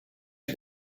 you